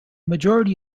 majority